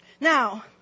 Now